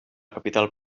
capital